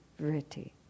vritti